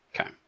okay